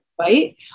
right